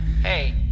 Hey